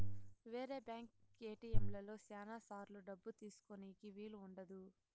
వేరే బ్యాంక్ ఏటిఎంలలో శ్యానా సార్లు డబ్బు తీసుకోనీకి వీలు ఉండదు